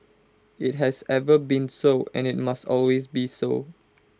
IT has ever been so and IT must always be so